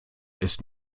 ist